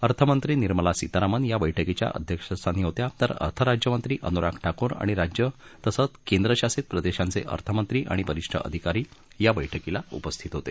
अर्थमंत्री निर्मला सीतारामन या बैठकीच्या अध्यक्षस्थानी होत्या तर अर्थ राज्यमंत्री अनुराग ठाकूर आणि राज्य तसंच केंद्रशासित प्रदेशांचे अर्थमंत्री आणि वरिष्ठ अधिकारी या बैठकीला उपस्थित होते